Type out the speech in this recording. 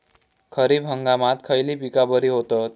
खरीप हंगामात खयली पीका बरी होतत?